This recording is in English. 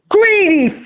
Greedy